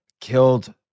killed